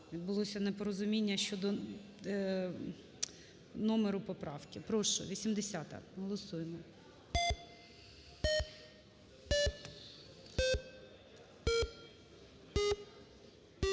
відбулося непорозуміння щодо номеру поправки. Прошу, 80-а, голосуємо.